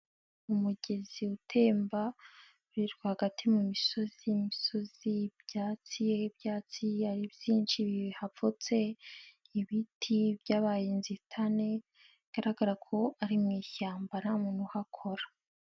Umugezi utemba uri rwagati mu misozi, imisozi, ibyatsi, ibyatsi ari byinshi bihapfutse, ibiti byabaye inzitane, bigaragara ko ari mu ishyamba ntamuntu uhakora.